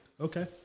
Okay